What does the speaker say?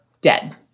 dead